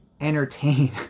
entertain